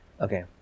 Okay